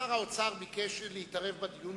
שר האוצר ביקש להתערב בדיון,